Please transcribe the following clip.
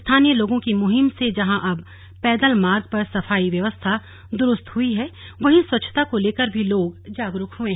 स्थानीय लोगों की मुहिम से जहां अब पैदल मार्ग पर सफाई व्यवस्था दुरस्त हुई है वहीं स्वच्छता को लेकर भी लोग जागरुक हुए है